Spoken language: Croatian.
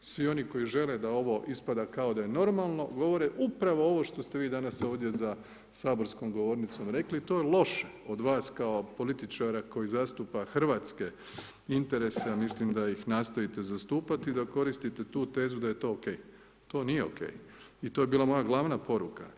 Svi oni koji žele da ovo ispada kao da je normalno, govore upravo ono što ste vi danas ovdje za saborskom govornicom rekli i to je loše od vas kao političara koji zastupao hrvatske interese, a misli da ih nastojite zastupati, da koristite tu tezu da je to ok, to nije ok, i to je bila moja glavna poruka.